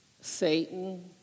Satan